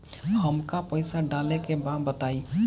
हमका पइसा डाले के बा बताई